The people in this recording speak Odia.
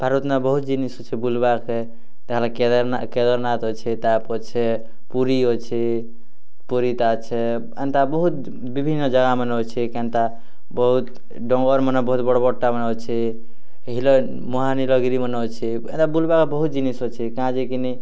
ଭାରତ୍ନେ ବୋହୁ ଜିନିଷ୍ ଅଛେ ବୁଲ୍ବାର୍କେ କେଦାରନାଥ୍ କେଦାରନାଥ୍ ଅଛେ ତା' ପଛେ ପୁରୀ ଅଛେ ପୁରୀ ଅଛେ ଏନ୍ତା ବହୁତ୍ ବିଭିନ୍ନ ଯାଗାମାନ୍ ଅଛେ କେନ୍ତା ବହୁତ୍ ଡଙ୍ଗର୍ମାନ ବହୁତ୍ ବଡ଼୍ ବଡ଼୍ଟା ମାନ୍ ଅଛି ହିଲ୍ ମହାନିଳଗିରି ମାନ୍ ଅଛି ଏନ୍ତା ବୁଲ୍ବା ବହୁ ଜିନିଷ୍ମାନ୍ ଅଛେ କାଏଁଯେ କିନି